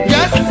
Yes